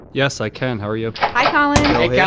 yes, i can. how are you? hi, colin like yeah